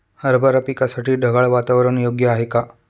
हरभरा पिकासाठी ढगाळ वातावरण योग्य आहे का?